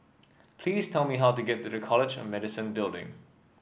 please tell me how to get to College of Medicine Building